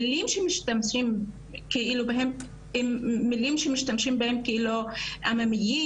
המילים שמשתמשים בהם הם מילים עממיות,